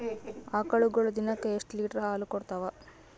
ಆಕಳುಗೊಳು ದಿನಕ್ಕ ಎಷ್ಟ ಲೀಟರ್ ಹಾಲ ಕುಡತಾವ?